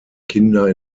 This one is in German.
kinder